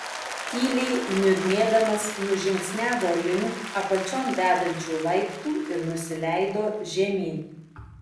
tyliai niurnėdamas nužingsniavo link apačion vedančių laiptų ir nusileido žemyn